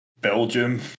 Belgium